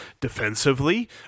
defensively